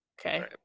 Okay